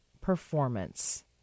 performance